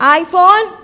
iPhone